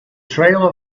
trail